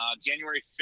January